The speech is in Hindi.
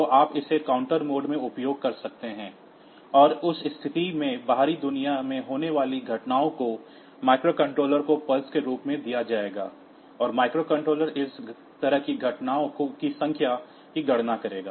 तो आप इसे काउंटर मोड में उपयोग कर सकते हैं और उस स्थिति में बाहरी दुनिया में होने वाली घटनाओं को माइक्रोकंट्रोलर को पल्सेस के रूप में दिया जाएगा और माइक्रोकंट्रोलर इस तरह की घटनाओं की संख्या की गणना करेगा